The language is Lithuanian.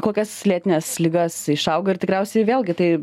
kokias lėtines ligas išauga ir tikriausiai vėlgi tai